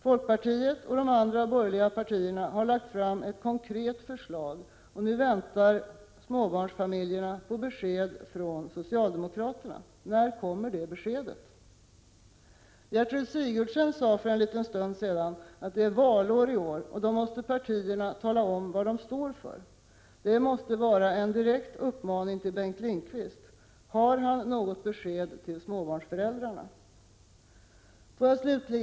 Folkpartiet och de andra borgerliga partierna har lagt fram ett konkret förslag. Nu väntar småbarnsfamiljerna på besked från socialdemokraterna. När kommer det beskedet? Gertrud Sigurdsen sade för en liten stund sedan att det är valår i år och att partierna då måste tala om vad de står för. Det måste vara en direkt uppmaning till Bengt Lindqvist. Har statsrådet Lindqvist något besked till småbarnsföräldrarna? Herr talman!